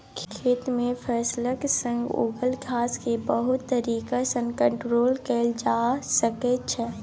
खेत मे फसलक संग उगल घास केँ बहुत तरीका सँ कंट्रोल कएल जा सकै छै